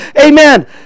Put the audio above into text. Amen